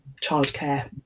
childcare